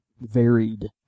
varied